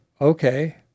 okay